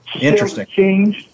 Interesting